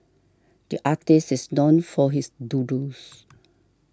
the artist is known for his doodles